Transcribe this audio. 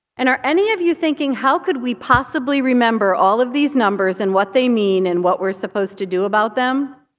and are any of you thinking, how could we possibly remember all of these numbers and what they mean and what we're supposed to do about them?